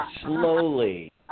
slowly